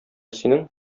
синең